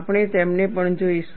આપણે તેમને પણ જોઈશું